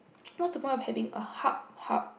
what's the point of having a hub hub